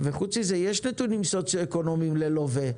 וחוץ מזה יש נתונים סוציואקונומיים ללווה.